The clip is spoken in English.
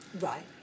Right